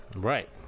right